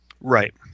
Right